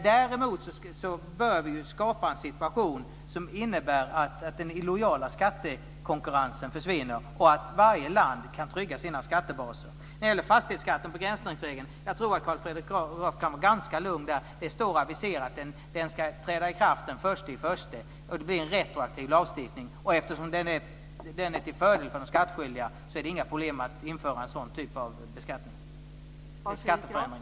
Däremot bör vi skapa en situation som innebär att den illojala skattekonkurrensen försvinner och att varje land kan trygga sina skattebaser. Sedan var det fastighetsskatten och begränsningsregeln. Jag tror att Carl Fredrik Graf kan vara ganska lugn. Det står aviserat att den ska träda i kraft den 1 januari, och det blir en retroaktiv lagstiftning. Den är till fördel för de skattskyldiga, och därför är det inga problem att införa en sådan typ av beskattning.